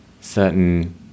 certain